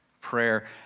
prayer